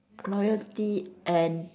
loyalty and